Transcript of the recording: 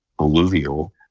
Alluvial